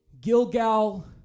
Gilgal